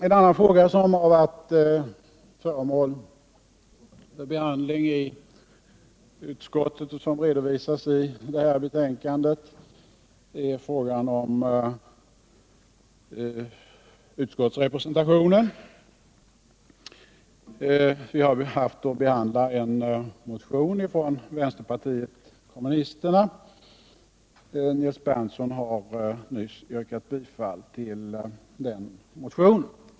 En annan fråga som varit föremål för behandling i utskottet och som redovisas i betänkandet är frågan om utskottsrepresentationen. Vi har haft att behandla en motion från vänsterpartiet kommunisterna. Nils Berndtson har nyss yrkat bifall till den.